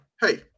Hey